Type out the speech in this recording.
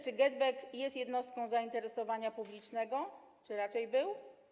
Czy GetBack jest jednostką zainteresowania publicznego, czy raczej był?